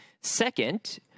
Second